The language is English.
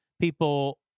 people